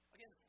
Again